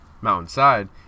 mountainside